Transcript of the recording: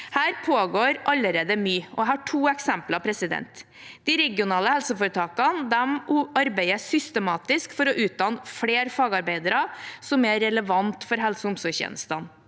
Her pågår det allerede mye, og jeg har to eksempler: 1. De regionale helseforetakene arbeider systematisk for å utdanne flere fagarbeidere som er relevante for helse- og omsorgstjenestene.